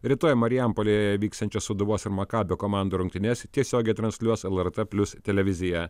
rytoj marijampolėje vyksiančias sūduvos ir makabio komandų rungtynes tiesiogiai transliuos lrt plius televizija